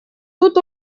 тут